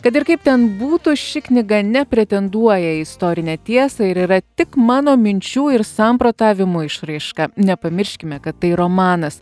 kad ir kaip ten būtų ši knyga nepretenduoja į istorinę tiesą ir yra tik mano minčių ir samprotavimų išraiška nepamirškime kad tai romanas